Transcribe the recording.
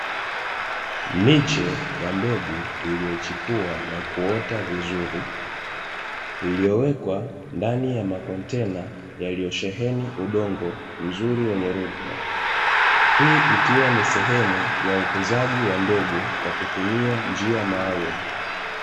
Miche ya mbegu iliyochepua na kuota vizuri, iliyowekwa ndani ya makontena yaliyosheheni udongo mzuri wenye rutuba. Hii ikiwa ni sehemu ya ukuzaji wa mbegu kwa kutumia njia maalumu.